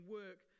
work